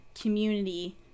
community